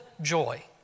joy